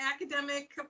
academic